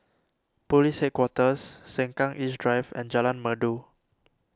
Police Headquarters Sengkang East Drive and Jalan Merdu